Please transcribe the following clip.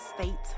State